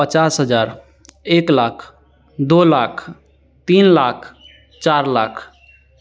पचास हज़ार एक लाख दो लाख तीन लाख चार लाख